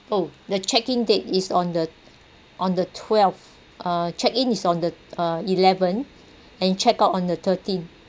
oh the check in date is on the on the twelve uh check in is on the uh eleven and check out on the thirteen